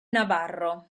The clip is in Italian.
navarro